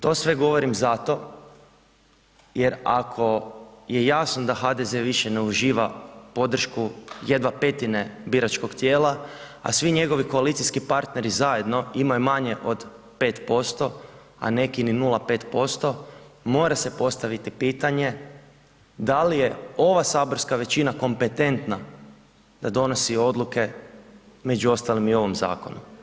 To sve govorim zato jer ako je jasno da HDZ više ne uživa podršku, jedva petine biračkog tijela, a svi njegovi koalicijski partneri zajedno imaju manje od 5%, a neki ni 0,5%, mora se postaviti pitanje da li je ova saborska većina kompetentna da donosi odluke, među ostalim i ovom zakonu.